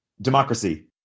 democracy